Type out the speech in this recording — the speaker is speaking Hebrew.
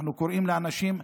אנחנו קוראים לאנשים,